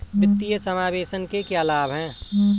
वित्तीय समावेशन के क्या लाभ हैं?